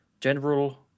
General